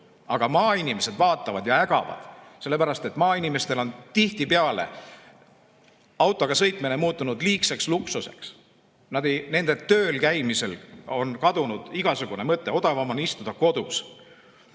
Aga maainimesed vaatavad ja ägavad, sellepärast et maainimestel on tihtipeale autoga sõitmine muutunud liigseks luksuseks. Nende tööl käimisel on kadunud igasugune mõte, odavam on istuda kodus.